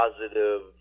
positive